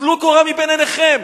טלו קורה מבין עיניכם,